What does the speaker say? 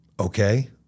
Okay